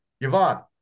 Yvonne